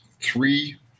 three